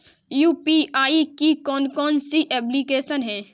UPI की कौन कौन सी एप्लिकेशन हैं?